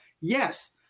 Yes